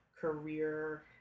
career